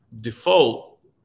default